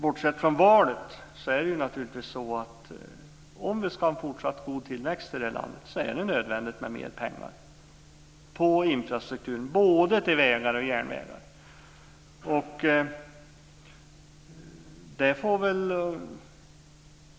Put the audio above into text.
Bortsett från valet är det så att om vi ska ha fortsatt god tillväxt i det här landet är det nödvändigt med mer pengar till infrastrukturen, till både vägar och järnvägar.